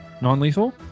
non-lethal